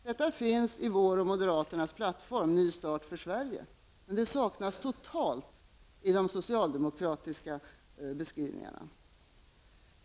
Detta finns i vår och moderaternas plattform Ny start för Sverige, men det saknas totalt i de socialdemokratiska beskrivningarna.